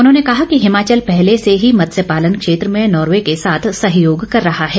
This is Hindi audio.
उन्होंने कहा कि हिमाचल पहले से ही मत्स्य पालन क्षेत्र में नार्वे के साथ सहयोग कर रहा है